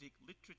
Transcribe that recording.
literature